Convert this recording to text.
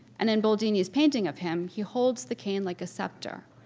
and in boldini's painting of him, he holds the cane like a scepter,